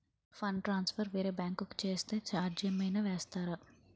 Fund transfer వేరే bank కి చేస్తే ఛార్జ్ ఏమైనా వేస్తారా?